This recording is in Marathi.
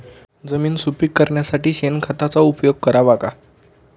जमीन सुपीक करण्यासाठी शेणखताचा उपयोग करावा का?